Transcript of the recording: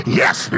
yes